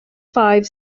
five